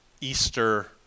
Easter